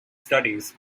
studies